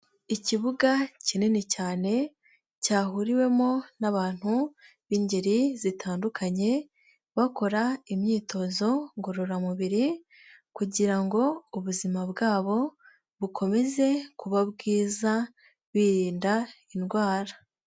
Ikibuga kinini cyane cyahuriwemo n'abantu b'ingeri zitandukanye, bakora imyitozo ngororamubiri kugira ngo ubuzima bwabo bukomeze kuba bwiza, birinda indwara.